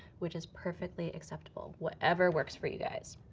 which is perfectly acceptable. whatever works for you guys.